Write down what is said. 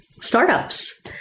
startups